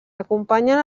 acompanyen